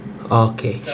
orh okay